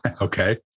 Okay